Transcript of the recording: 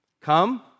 come